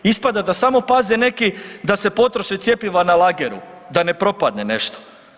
Ispada da samo paze neki da se potroše cjepiva na lageru, da ne propadne nešto.